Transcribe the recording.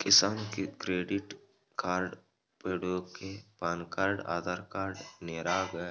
Kisan credit card ಪಡ್ಯೋಕೆ PAN card Aadhaar card NREGA